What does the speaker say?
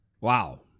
Wow